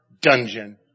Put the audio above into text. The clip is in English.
dungeon